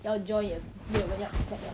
要 join 也没有人要 accept 了